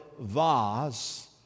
vase